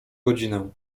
godzinę